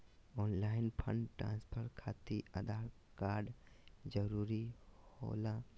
Online fund transfer खातिर Aadhaar card जरूरी होला?